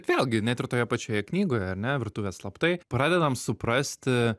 vėlgi net ir toje pačioje knygoje ar ne virtuvė slaptai pradedam suprasti